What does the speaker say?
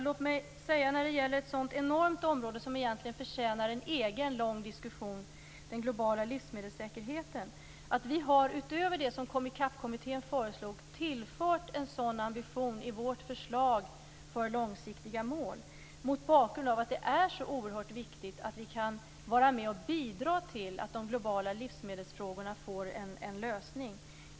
Låt mig säga när det gäller ett sådant enormt område som egentligen förtjänar en egen lång diskussion, den globala livsmedelssäkerheten, att vi har utöver det som Komicapkommittén föreslog tillfört en sådan ambition i vårt förslag till långsiktiga mål, mot bakgrund av att det är så oerhört viktigt, att vi kan vara med och bidra till att de globala livsmedelsfrågorna får en lösning.